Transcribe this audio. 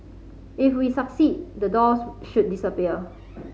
if we succeed the doors should disappear